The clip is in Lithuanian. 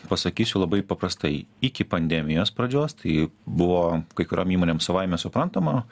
pasakysiu labai paprastai iki pandemijos pradžios tai buvo kai kuriom įmonėm savaime suprantama